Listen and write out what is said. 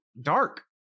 dark